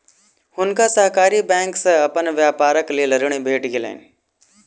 हुनका सहकारी बैंक से अपन व्यापारक लेल ऋण भेट गेलैन